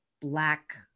Black